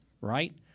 right